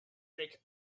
trick